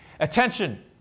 Attention